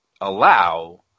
allow